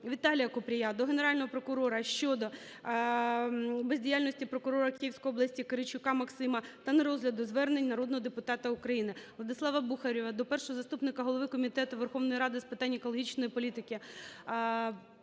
Віталія Купрія до Генерального прокурора щодо бездіяльності прокурора Київської області Киричука Максима та нерозгляду звернень народного депутата України. Владислава Бухарєва до першого заступника голови Комітету Верховної Ради з питань екологічної політики,